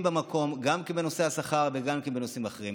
במקום גם בנושא השכר וגם בנושאים אחרים.